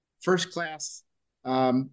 first-class